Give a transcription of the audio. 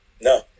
No